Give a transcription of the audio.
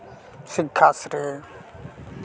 ᱥᱤᱠᱠᱷᱟᱥᱥᱨᱤ